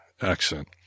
accent